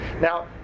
Now